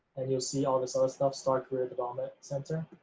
and you'll see all this other stuff, starr career development center,